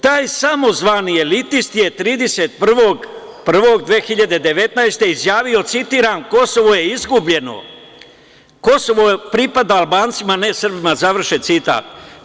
Taj samozvani elitist je 31.01.2019. godine izjavio, citiram – Kosovo je izgubljeno, Kosovo pripada Albancima, a ne Srbima, završen citat.